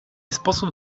sposób